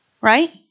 Right